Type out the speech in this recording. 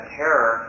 terror